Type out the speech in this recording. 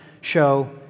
show